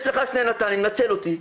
יש לך שני נט"נים נצל אותי,